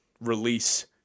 release